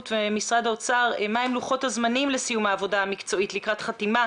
וממשרד האוצר מה לוחות הזמנים לסיום העבודה המקצועית לקראת חתימה